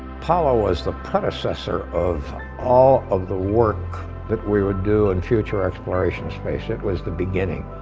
apollo was the predecessor of all of the work that we would do and future exploration space. it was the beginning.